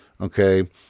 Okay